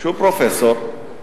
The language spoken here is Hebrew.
שהוא פרופסור,